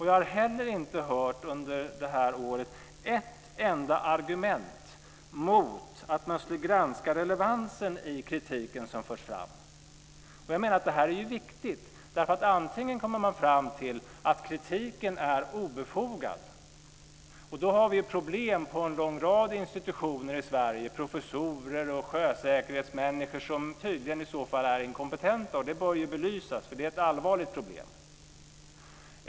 Jag har heller inte under det här året hört ett enda argument mot att man skulle granska relevansen i den kritik som förs fram. Jag menar att det här är viktigt. Antingen kommer man fram till att kritiken är obefogad, och då har vi problem inom en lång rad institutioner i Sverige. Det är professorer och sjösäkerhetsmänniskor som i så fall tydligen är inkompetenta, och det bör belysas. Det är ett allvarligt problem.